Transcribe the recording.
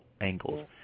angles